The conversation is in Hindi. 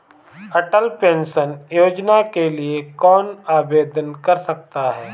अटल पेंशन योजना के लिए कौन आवेदन कर सकता है?